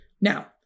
Now